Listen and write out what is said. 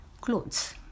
clothes